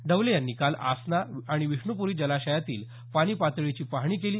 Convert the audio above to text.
डवले यांनी काल आसना आणि विष्णुप्री जलाशयातील पाणी पातळीची पाहणी केली